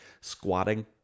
squatting